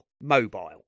mobile